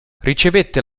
ricevette